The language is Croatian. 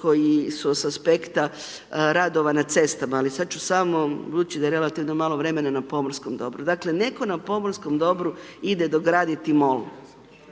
koji su sa aspekta radova na cestama, ali sada ću samo, budući da je relativno malo vremena, na pomorskom dobru. Dakle, netko na pomorskom dobru ide dograditi mol,